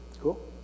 Cool